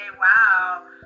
wow